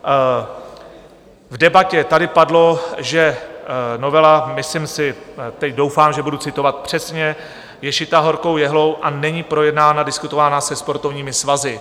V debatě tady padlo, že novela myslím si, teď doufám, že budu citovat přesně je šitá horkou jehlou a není projednána, diskutována se sportovními svazy.